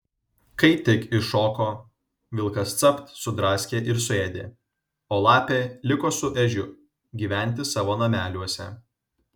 kai tik iššoko vilkas capt sudraskė ir suėdė o lapė liko su ežiu gyventi savo nameliuose